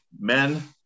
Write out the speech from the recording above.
men